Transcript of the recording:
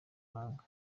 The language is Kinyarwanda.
mahanga